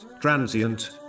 transient